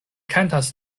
kantas